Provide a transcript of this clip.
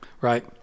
Right